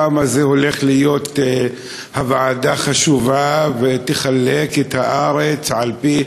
כמה הוועדה הולכת להיות ועדה חשובה שתחלק את הארץ על-פי,